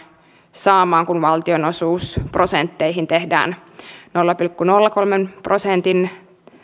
saamaan kun valtionosuusprosentteihin tehdään nolla pilkku nolla kolme prosentin